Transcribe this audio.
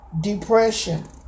depression